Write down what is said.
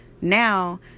Now